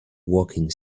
walking